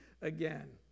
again